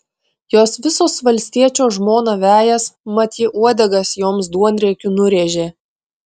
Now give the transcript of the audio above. jos visos valstiečio žmoną vejas mat ji uodegas joms duonriekiu nurėžė